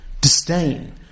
disdain